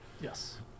Yes